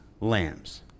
lambs